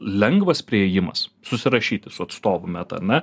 lengvas priėjimas susirašyti su atstovu meta ar ne